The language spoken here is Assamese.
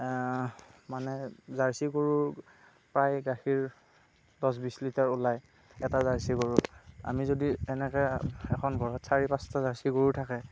মানে জাৰ্চি গৰুৰ প্ৰায় গাখীৰ দহ বিছ লিটাৰ ওলায় এটা জাৰ্চি গৰুত আমি যদি এনেকৈ এখন ঘৰত চাৰি পাঁচটা জাৰ্চি গৰু থাকে